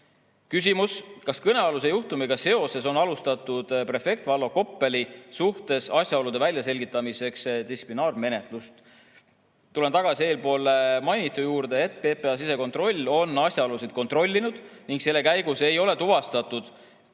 Küsimus: "Kas kõnealuse juhtumiga seoses on alustatud prefekt Vallo Koppeli suhtes asjaolude väljaselgitamiseks distsiplinaarmenetlust?" Tulen tagasi eespool mainitu juurde, et PPA sisekontroll on asjaolusid kontrollinud ning selle käigus ei ole tuvastatud,